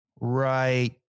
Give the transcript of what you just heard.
Right